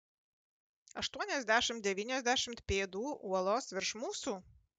aštuoniasdešimt devyniasdešimt pėdų uolos virš mūsų